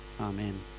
Amen